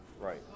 Right